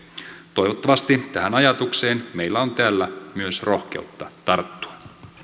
toivottavasti tähän ajatukseen meillä on täällä myös rohkeutta tarttua